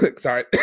sorry